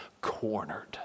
cornered